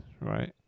right